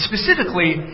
specifically